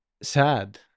sad